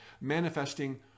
manifesting